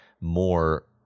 more